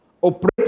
Operate